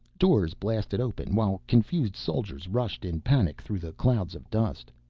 doors blasted open while confused soldiers rushed in panic through the clouds of dust.